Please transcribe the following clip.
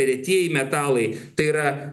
retieji metalai tai yra